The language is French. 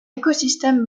écosystème